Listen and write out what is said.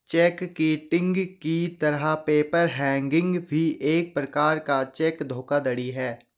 check kiting की तरह paper hanging भी एक प्रकार का चेक धोखाधड़ी है